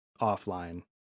offline